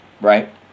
Right